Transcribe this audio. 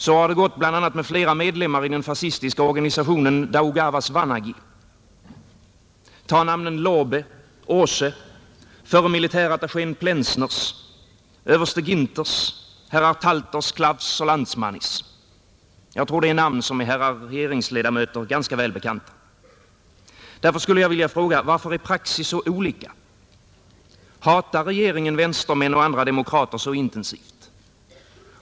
Så har det gått med bl.a. flera medlemmar i den fascistiska organisationen Daugavas Vanagi. Ta namnen Lobe, O8e, förre militärattachén Plensners, överste Ginters, herrar Talters, Klavs och Landsmanis. Jag tror att det är namn som är herrar regeringsledamöter ganska väl bekanta. Därför skulle jag vilja fråga: Varför är praxis så olika? Hatar regeringen vänstermän och andra demokrater så intensivt?